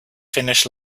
finish